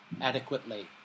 adequately